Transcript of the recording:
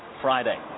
Friday